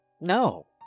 no